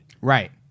Right